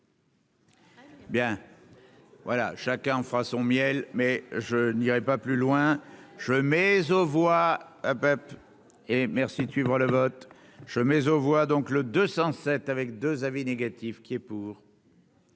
Bien voilà chacun en fera son miel mais je n'irai pas plus loin, je mais aux voix Pep et merci tu le vote je mais on voit donc le 207 avec 2 avis négatifs qui est pour.